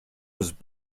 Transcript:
was